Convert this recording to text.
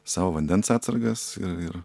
savo vandens atsargas ir